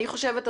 אני חושבת,